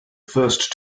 first